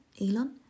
Elon